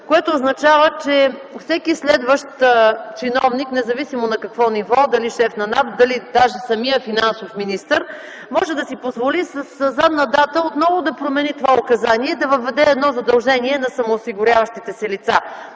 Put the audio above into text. което означава, че всеки следващ чиновник, независимо на какво ниво е – дали шеф на НАП, дали финансовият министър, може да си позволи със задна дата отново да промени това указание и да въведе задължение на самоосигуряващите се лица.